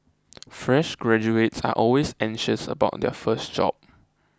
fresh graduates are always anxious about their first job